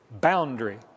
boundary